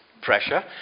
pressure